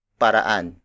paraan